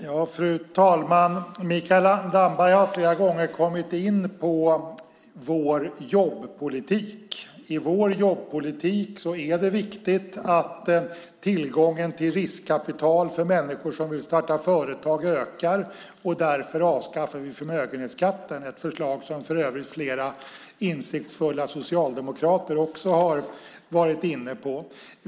Fru talman! Mikael Damberg har flera gånger kommit in på vår jobbpolitik. I vår jobbpolitik är det viktigt att tillgången till riskkapital för människor som vill starta företag ökar, och därför avskaffar vi förmögenhetsskatten. Det är för övrigt något som flera insiktsfulla socialdemokrater också varit inne på.